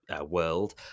world